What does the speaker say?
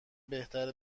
بهتره